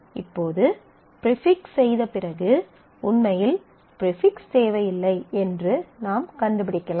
இப்போது ஃப்ரிபிக்ஸ் செய்த பிறகு உண்மையில் ஃப்ரிபிக்ஸ் தேவையில்லை என்று நாம் கண்டுபிடிக்கலாம்